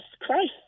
Christ